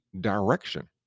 direction